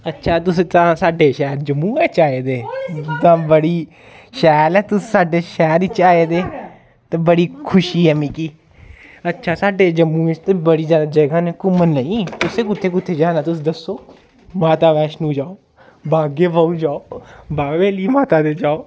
अच्छा तुस तां साड्डे शैह्र जम्मू बिच्च आए दे जां बड़ी शैल ऐ तुस साड्डे शैह्र त आए दे ते बड़ी खुशी ऐ मिगी अच्छा साड्डे जम्मू बिच्च ते बड़ी ज्यादा जगह् न घूमन लेई तुसें कुत्थें कुत्थें जाना तुस दस्सो माता वैश्णो जाओ बाग ए बहु जाओ बाबे आह्ली माता दे जाओ